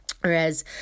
Whereas